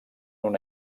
una